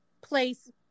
place